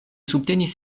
subtenis